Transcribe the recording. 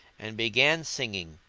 and began singing